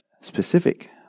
specific